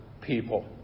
people